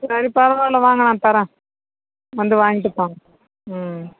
சரி பரவால்ல வாங்க நான் தர்றேன் வந்து வாங்கிகிட்டு போங்க ம்